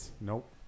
nope